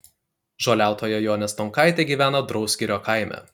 žoliautoja jonė stonkaitė gyvena drausgirio kaime